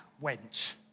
went